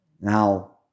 Now